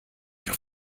your